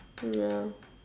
ya